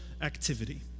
activity